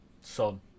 Son